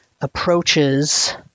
approaches